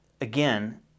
again